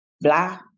blah